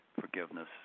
forgiveness